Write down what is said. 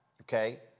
Okay